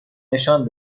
نشان